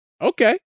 Okay